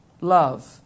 love